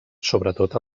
sobretot